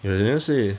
ya they never say